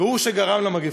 והוא שגרם למגפה.